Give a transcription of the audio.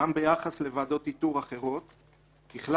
גם ביחס לוועדות איתור אחרות.